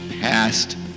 past